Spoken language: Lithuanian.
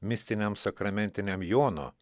mistiniam sakramentiniam jono